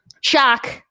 shock